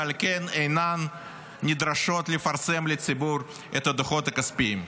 ועל כן אינן נדרשות לפרסם לציבור את הדוחות הכספיים.